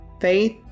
faith